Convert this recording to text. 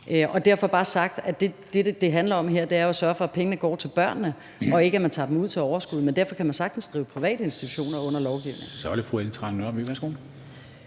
det bare være sagt, at det, som det handler om her, jo er at sørge for, at pengene går til børnene, så man ikke tager dem ud som overskud, men derfor kan man sagtens drive private institutioner under lovgivningen.